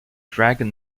dragon